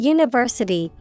University